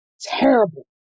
terrible